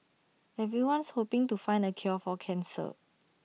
everyone's hoping to find the cure for cancer